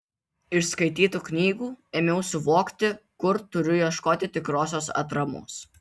iš skaitytų knygų ėmiau suvokti kur turiu ieškoti tikrosios atramos